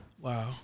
Wow